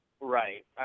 right